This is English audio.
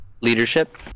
Leadership